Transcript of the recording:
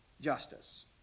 justice